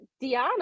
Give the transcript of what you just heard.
Diana